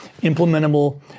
implementable